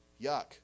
Yuck